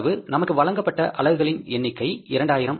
நமக்கு வழங்கப்பட்ட அலகுகளின் எண்ணிக்கை 2000 ஆகும்